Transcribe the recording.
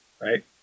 right